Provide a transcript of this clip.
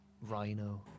Rhino